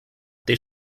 this